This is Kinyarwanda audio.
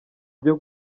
ibyo